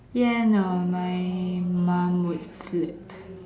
ya I know my mum would flip